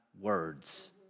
words